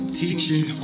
teaching